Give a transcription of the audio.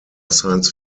science